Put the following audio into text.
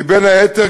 כי בין היתר,